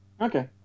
Okay